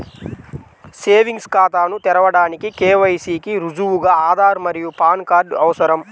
savings ఖాతాను తెరవడానికి KYC కి రుజువుగా ఆధార్ మరియు పాన్ కార్డ్ అవసరం